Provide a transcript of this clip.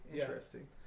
interesting